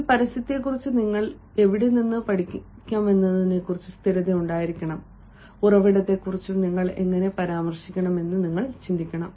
ഈ പരസ്യത്തെക്കുറിച്ച് നിങ്ങൾക്ക് എവിടെ നിന്ന് പഠിക്കാമെന്നതിൽ സ്ഥിരത ഉണ്ടായിരിക്കണം ഉറവിടത്തെക്കുറിച്ചും നിങ്ങൾ എങ്ങനെ പരാമർശിക്കണം